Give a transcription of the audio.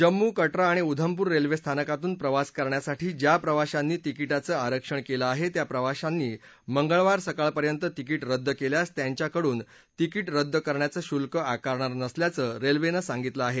जम्मू कट्रा आणि उधमपूर रेल्वे स्थानकातून प्रवास करण्यासाठी ज्या प्रवाशांनी तिकीटांचं आरक्षण केलं आहे त्या प्रवाशांनी मंगळवार सकाळपर्यंत तिकीट रद्द केल्यास त्यांच्याकडून तिकिट रद्द करण्याचं शुल्क आकारणार नसल्याचं रेल्वेनं सांगितलं आहे